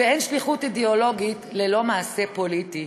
ואין שליחות אידיאולוגית ללא מעשה פוליטי.